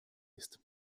ist